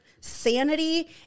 sanity